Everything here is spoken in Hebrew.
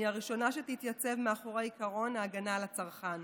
אני הראשונה שתתייצב מאחורי עקרון ההגנה על הצרכן.